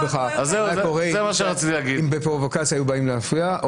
אם היו באים להפריע בפרובוקציה?